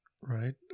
right